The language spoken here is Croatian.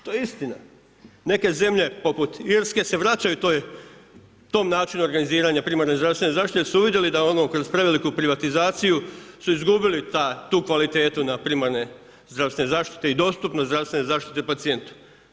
To je istina, neke zemlje, poput Irske se vraćaju tom načinu organiziranja primarne zdravstvene zaštite, jer su vidjeli da onu kroz preveliku organizaciju su izgubili tu kvalitetu na primarne zdravstvene zaštite i dostupnost zdravstvene zaštite pacijentu.